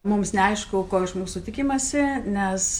mums neaišku ko iš mūsų tikimasi nes